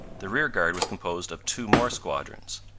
the rearguard was composed of two more squadrons.